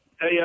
Hey